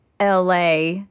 LA